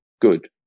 good